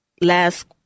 last